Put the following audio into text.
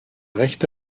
rechte